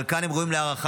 על כן הם ראויים להערכה.